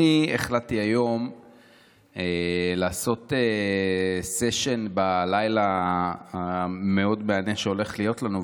אני החלטתי היום לעשות סשן בלילה המהנה מאוד שהולך להיות לנו,